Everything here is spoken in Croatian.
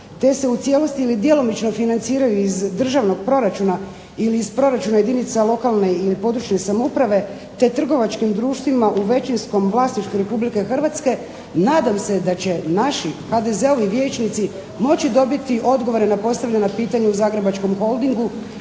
te se u cijelosti ili djelomično financiraju iz državnog proračuna ili iz proračuna jedinica lokalne ili područne samouprave, te trgovačkim društvima u većinskom vlasništvu Republike Hrvatske, nadam se da će naši HDZ-ovi vijećnici moći dobiti odgovore na postavljena pitanja u zagrebačkom Holdingu